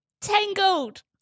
Tangled